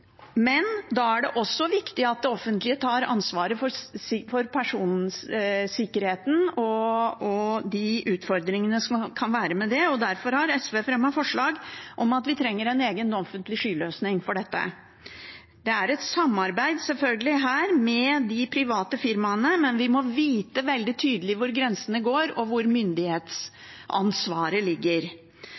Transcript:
Men da er det også viktig at det offentlige tar ansvaret for personsikkerheten og de utfordringene det kan være med det, og derfor har SV fremmet forslag om at vi trenger en egen offentlig skyløsning for dette. Det er selvfølgelig et samarbeid her med de private firmaene, men vi må vite veldig tydelig hvor grensene går, og hvor myndighetsansvaret ligger.